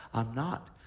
i'm not.